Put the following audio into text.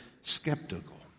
skeptical